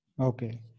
Okay